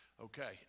okay